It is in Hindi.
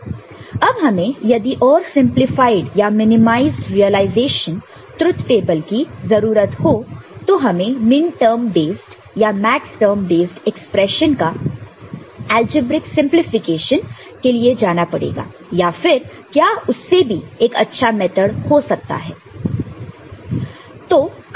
अब हमें यदि और सिंपलीफाइड या मिनिमाइज रिलाइजेशन ट्रुथ टेबल की जरूरत हो तो हमें मिनटर्म बेस्ड या मैक्सटर्म बेस्ड एक्सप्रेशन का अलजेब्रिक सिंपलीफिकेशन के लिए जाना पड़ेगा या फिर क्या उससे भी एक अच्छा मेथड हो सकता है